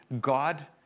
God